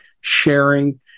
sharing